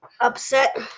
upset